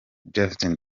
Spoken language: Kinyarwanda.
justin